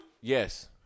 Yes